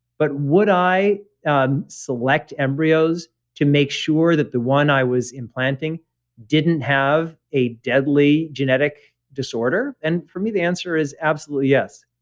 but would i um select embryos to make sure that the one i was implanting didn't have a deadly genetic disorder? and for me, the answer is absolutely yes.